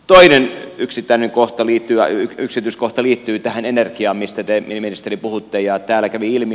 toinen yksityiskohta liittyy tähän energiaan mistä te ministeri puhutte